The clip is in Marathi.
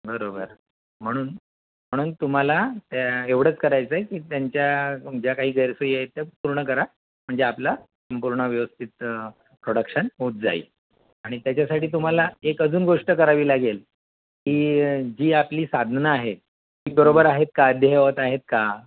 बरोबर म्हणून म्हणून तुम्हाला त्या एवढंच करायचं आहे की त्यांच्या ज्या काही गैरसोई आहेत त्या पूर्ण करा म्हणजे आपला संपूर्ण व्यवस्थित प्रोडक्शन होत जाईल आणि त्याच्यासाठी तुम्हाला एक अजून गोष्ट करावी लागेल की जी आपली साधनं आहेत ती बरोबर आहेत का अद्ययावत आहेत का